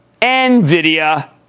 NVIDIA